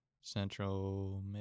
Central